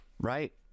Right